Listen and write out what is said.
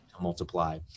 multiply